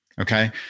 Okay